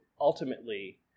ultimately